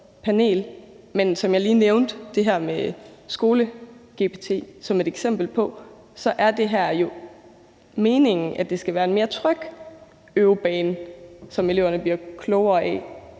Men som jeg lige nævnte det her med SkoleGPT som et eksempel på, er det jo meningen, at det her skal være en mere tryg øvebane, som eleverne bliver klogere af,